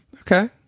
okay